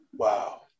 Wow